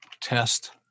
test